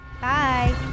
Bye